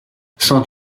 sans